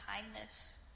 kindness